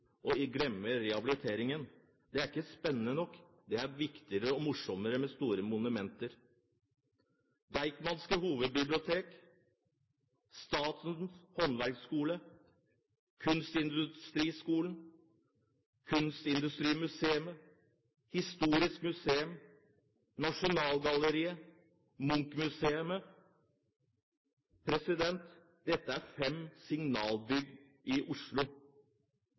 og glemme rehabiliteringen. Det er ikke spennende nok, det er viktigere og morsommere med store monumenter. Deichmanske bibliotek – Hovedbiblioteket, Statens håndverks- og kunstindustriskole, Kunstindustrimuseet, Historisk museum, Nasjonalgalleriet, Munch-museet – dette er fem signalbygg i Oslo.